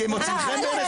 כי הם מוצאים חן בעיניכם?